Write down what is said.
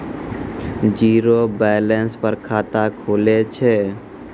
Zero balance पर खाता खुले छै?